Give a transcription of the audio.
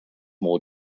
more